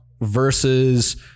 versus